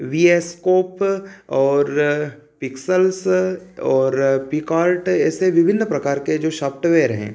Vscope और pixels और PicsArt ऐसे विभिन्न प्रकार के जो शॉफ्टवेयर हैं